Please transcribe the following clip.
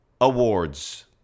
awards